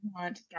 want